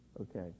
okay